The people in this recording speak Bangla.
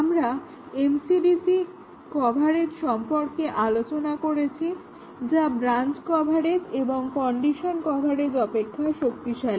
আমরা MCDC কভারেজ সম্পর্কে আলোচনা করেছি যা ব্রাঞ্চ কভারেজ এবং কন্ডিশন কভারেজ অপেক্ষা শক্তিশালী